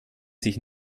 sich